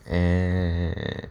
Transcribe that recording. eh